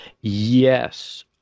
Yes